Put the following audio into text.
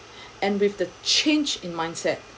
and with the change in mindset